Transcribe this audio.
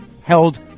held